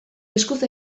eskuz